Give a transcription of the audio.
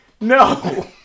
No